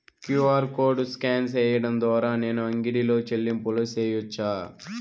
QR code scan సేయడం ద్వారా నేను అంగడి లో చెల్లింపులు సేయొచ్చా?